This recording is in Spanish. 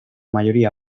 mayoría